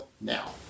now